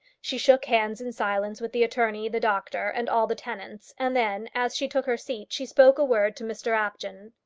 she shook hands in silence with the attorney, the doctor, and all the tenants, and then, as she took her seat, she spoke a word to mr apjohn.